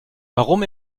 warum